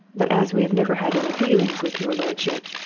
but as we have never had any dealings with your lordship